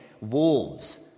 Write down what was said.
wolves